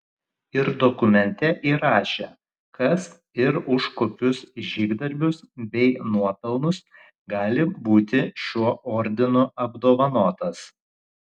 ir dokumente įrašė kas ir už kokius žygdarbius bei nuopelnus gali būti šiuo ordinu apdovanotas